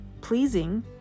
pleasing